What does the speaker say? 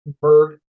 bird